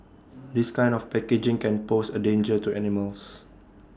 this kind of packaging can pose A danger to animals